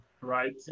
right